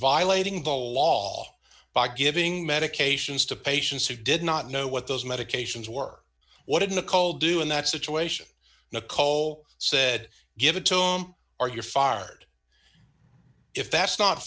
violating the law by giving medications to patients who did not know what those medications were what did nicole do in that situation nicole said give it to them or you're fard if that's not